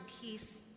peace